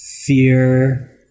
Fear